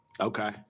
Okay